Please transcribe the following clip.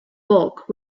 bulk